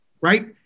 right